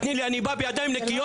תני לי אני בא בידיים נקיות,